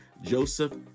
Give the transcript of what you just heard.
Joseph